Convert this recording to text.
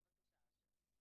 בבקשה אשר.